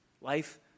life